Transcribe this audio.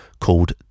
called